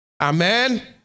Amen